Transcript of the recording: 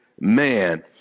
man